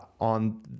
on